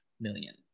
million